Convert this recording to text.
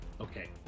Okay